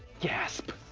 gasp.